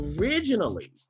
Originally